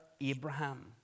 Abraham